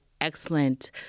excellent